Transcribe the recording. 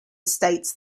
estates